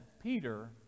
Peter